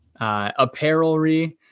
apparelry